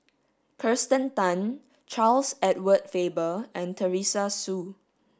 Kirsten Tan Charles Edward Faber and Teresa Hsu